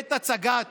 בעת הצגת